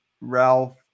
ralph